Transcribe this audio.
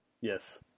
Yes